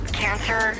cancer